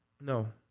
no